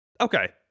Okay